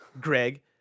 Greg